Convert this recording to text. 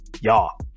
y'all